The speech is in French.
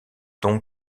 donc